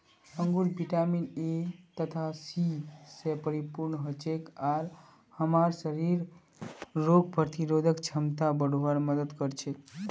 अंगूर vitamin A तथा C स परिपूर्ण हछेक आर हमसार शरीरक रोग प्रतिरोधक क्षमताक बढ़वार मदद कर छेक